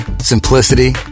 Simplicity